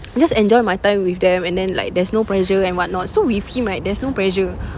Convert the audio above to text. just enjoy my time with them and then like there's no pressure and whatnot so with him right there's no pressure